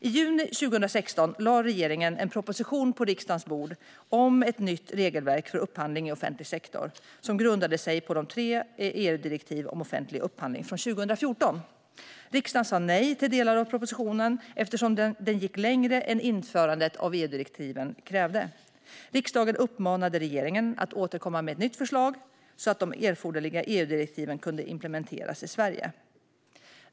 I juni 2016 lade regeringen en proposition på riksdagens bord om ett nytt regelverk för upphandling i offentlig sektor som grundade sig på tre EU-direktiv om offentlig upphandling från 2014. Riksdagen sade nej till delar av propositionen, eftersom den gick längre än vad införandet av EU-direktiven krävde. Riksdagen uppmanade regeringen att återkomma med ett nytt förslag, så att de erforderliga EU-direktiven kunde implementeras i Sverige.